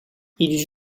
ils